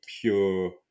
pure